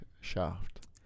shaft